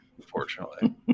unfortunately